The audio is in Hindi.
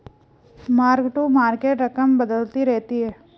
मार्क टू मार्केट रकम बदलती रहती है